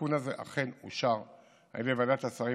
התיקון הזה אכן אושר על ידי ועדת השרים